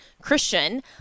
Christian